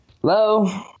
hello